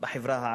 בחברה הערבית.